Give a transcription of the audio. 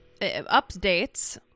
updates